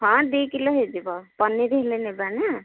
ହଁ ଦୁଇ କିଲୋ ହେଇଯିବ ପନିର ହେଲେ ନେବେ ନା